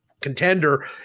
contender